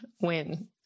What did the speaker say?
win